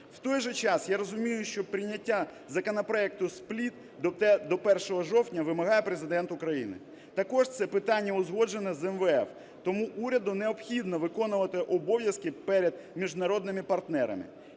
В той же час, я розумію, що прийняття законопроекту СПЛІТ до 1 жовтня вимагає Президент України, також це питання узгоджено з МВФ, тому уряду необхідно виконувати обов'язки перед міжнародними партнерами.